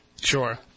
Sure